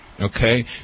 Okay